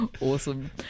Awesome